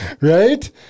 Right